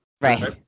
Right